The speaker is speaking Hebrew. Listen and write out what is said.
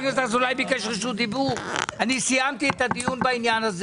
אני סיימתי את הדיון בעניין.